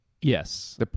Yes